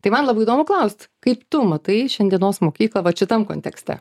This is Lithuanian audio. tai man labai įdomu klaust kaip tu matai šiandienos mokyklą vat šitam kontekste